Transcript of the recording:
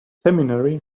seminary